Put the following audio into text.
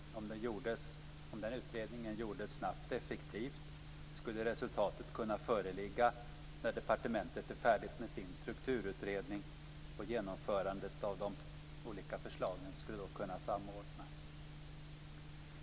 Om utredningen gjordes snabbt och effektivt skulle resultatet kunna föreligga när departementet är färdigt med sin strukturutredning. Vid genomförandet av de olika förslagen skulle då en samordning kunna ske.